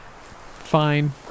fine